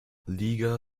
liga